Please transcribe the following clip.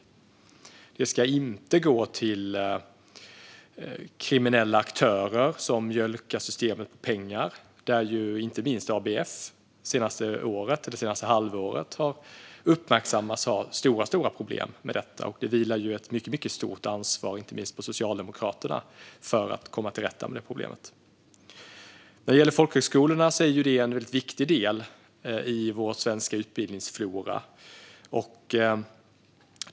Pengarna ska inte gå till kriminella aktörer som mjölkar systemet på pengar. Det har uppmärksammats under det senaste halvåret att exempelvis ABF har stora problem med detta, och det vilar ett mycket stort ansvar på inte minst Socialdemokraterna för att komma till rätta med problemet. Folkhögskolorna är en viktig del i vår svenska utbildningsflora.